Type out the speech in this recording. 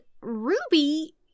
Ruby